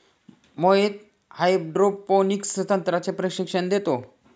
Mohit hydroponics तंत्राचे प्रशिक्षण देतो